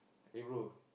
eh bro